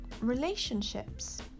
relationships